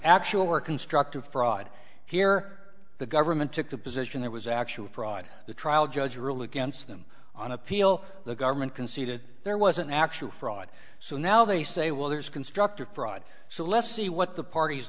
actual or constructive fraud here the government took the position there was actual fraud the trial judge ruled against them on appeal the government conceded there was an actual fraud so now they say well there's constructive fraud so let's see what the parties